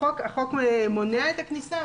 החוק מונע את הכניסה?